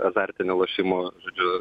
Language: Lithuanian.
azartinių lošimų žodžiu